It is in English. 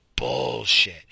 bullshit